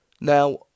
Now